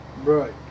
Right